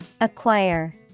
Acquire